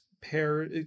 pair